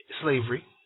slavery